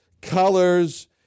colors